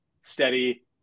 steady